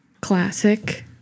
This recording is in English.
Classic